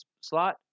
slot